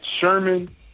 Sherman